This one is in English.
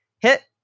hit